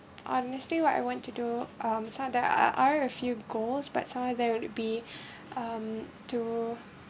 honestly what I want to do um some they are are a few goals but some are there will be um to